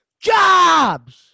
jobs